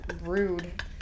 Rude